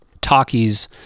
Talkies